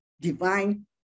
divine